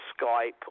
Skype